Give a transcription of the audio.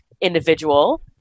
individual